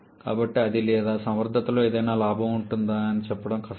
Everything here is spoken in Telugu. కాబట్టి అది లేదా సమర్థతలో ఏదైనా లాభం ఉంటుందా అని చెప్పడం కష్టం